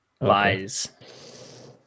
Lies